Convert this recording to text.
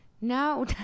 No